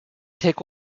take